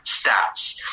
stats